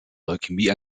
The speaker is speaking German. leukämie